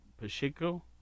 Pacheco